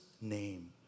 name